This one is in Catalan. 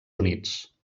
units